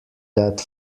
that